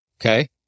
okay